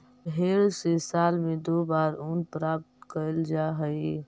भेंड से साल में दो बार ऊन प्राप्त कैल जा हइ